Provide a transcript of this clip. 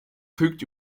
verfügt